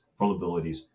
vulnerabilities